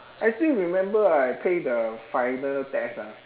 I still remember I pay the final test ah